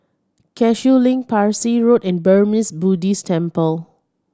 Cashew Link Parsi Road and Burmese Buddhist Temple